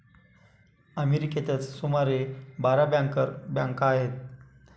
अमेरिकेतच सुमारे बारा बँकर बँका आहेत